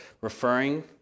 referring